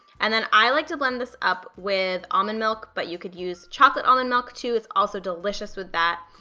and then, i like to blend this up with almond milk, but you could use chocolate almond milk too, it's also delicious with that,